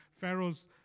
Pharaoh's